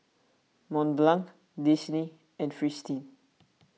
Mont Blanc Disney and Fristine